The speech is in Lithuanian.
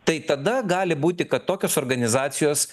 tai tada gali būti kad tokios organizacijos